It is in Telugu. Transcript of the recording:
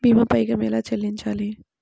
భీమా పైకం ఎలా చెల్లించాలి?